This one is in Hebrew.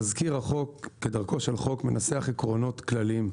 תזכיר החוק כדרכו של חוק מנסח עקרונות כלליים.